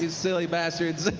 silly bastards.